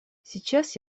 сейчас